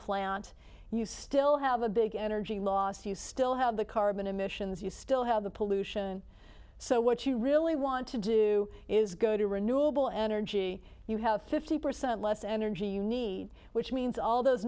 plant you still have a big energy loss you still have the carbon emissions you still have the pollution so what you really want to do is go to renewable energy you have fifty percent less energy you need which means all those